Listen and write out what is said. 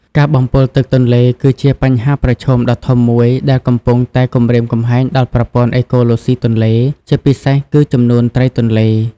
ការបំពុលទឹកទន្លេគឺជាបញ្ហាប្រឈមដ៏ធំមួយដែលកំពុងតែគំរាមកំហែងដល់ប្រព័ន្ធអេកូឡូស៊ីទន្លេ ជាពិសេសគឺចំនួនត្រីទន្លេ។